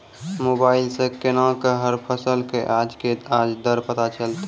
Mobile सऽ केना कऽ हर फसल कऽ आज के आज दर पता चलतै?